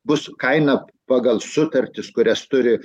bus kaina pagal sutartis kurias turi